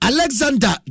Alexander